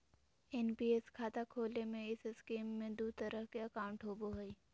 NPS खाता खोले में इस स्कीम में दू तरह के अकाउंट होबो हइ